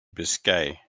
biscay